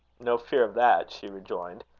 no fear of that, she rejoined,